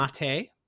mate